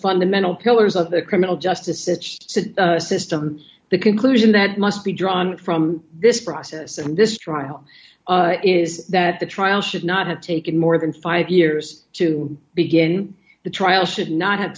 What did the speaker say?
fundamental pillars of the criminal justice its systems the conclusion that must be drawn from this process and this trial is that the trial should not have taken more than five years to begin the trial should not have